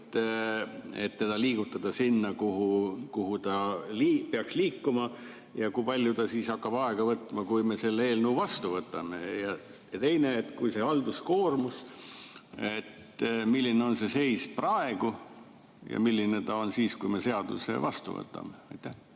et seda liigutada sinna, kuhu see peaks liikuma? Ja kui palju see siis hakkab aega võtma, kui me selle eelnõu vastu võtame? Ja teine küsimus on halduskoormuse kohta. Milline on see seis praegu ja milline on see siis, kui me seaduse vastu võtame? Siin